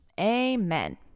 Amen